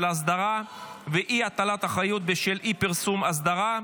אסדרה ואי-הטלת אחריות בשל אי-פרסום אסדרה),